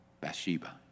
Bathsheba